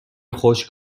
خشک